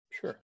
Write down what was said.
Sure